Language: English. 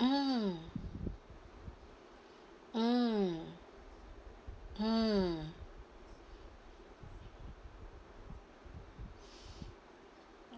mm mm mm